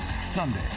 Sunday